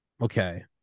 Okay